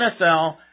NFL